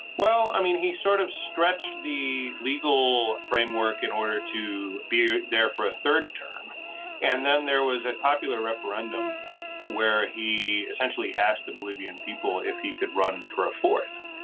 well i mean he sort of stretched the legal framework in order to be there for a third term and then there was a popular referendum where he essentially asked the bolivian people if he could run for a fourth.